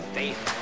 faith